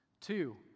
Two